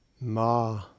Ma